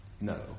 No